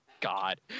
God